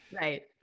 Right